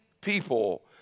people